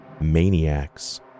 maniacs